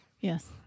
Yes